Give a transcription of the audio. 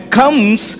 comes